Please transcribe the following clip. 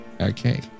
Okay